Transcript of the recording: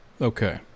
Okay